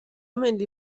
ملی